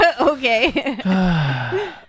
Okay